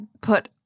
put